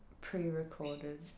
pre-recorded